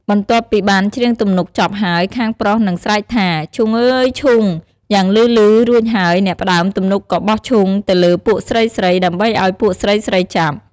បន្ទាប់ពីបានច្រៀងទំនុកចប់ហើយ ខាងប្រុសនឹង ស្រែកថា «ឈូងអឺយឈូង!» យ៉ាងលឺៗ រួចហើយ អ្នកផ្ដើមទំនុកក៏បោះឈូងទៅលើពួកស្រីៗ ដើម្បីឲ្យ ពួកស្រីៗចាប់។